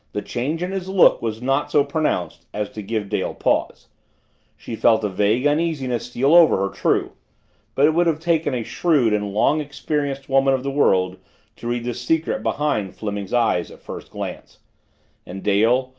the change in his look was not so pronounced as to give dale pause she felt a vague uneasiness steal over her, true but it would have taken a shrewd and long-experienced woman of the world to read the secret behind fleming's eyes at first glance and dale,